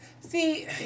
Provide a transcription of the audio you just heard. See